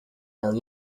are